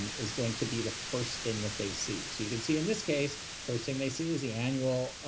is going to be the first thing that they see. so you can see in this case, first thing they see is the annual